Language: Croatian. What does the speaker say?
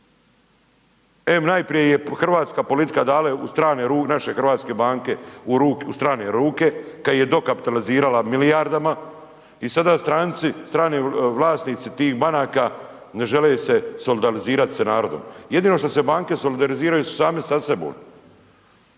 Em najprije ih je hrvatska politika dala u strane ruke, naše hrvatske banke u strane ruke, kada ih je dokapitalizirala milijardama i sada strani vlasnici tih banaka ne žele se solidarizirati sa narodom. Jedino što se banke solidariziraju same sa sobom.